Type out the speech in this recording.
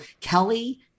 Kelly